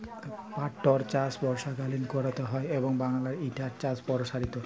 পাটটর চাষ বর্ষাকালীন ক্যরতে হয় এবং বাংলায় ইটার চাষ পরসারিত